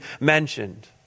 mentioned